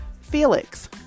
Felix